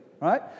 right